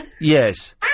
Yes